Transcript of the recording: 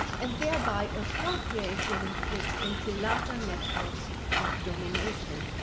and thereby appropriating it into larger networks of domination.